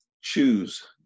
Choose